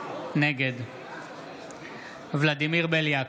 נגד ולדימיר בליאק,